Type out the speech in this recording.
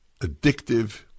addictive